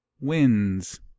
wins